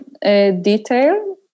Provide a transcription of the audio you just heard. detail